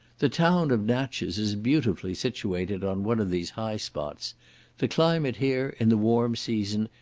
the town of natches is beautifully situated on one of these high spots the climate here, in the warm season,